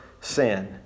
sin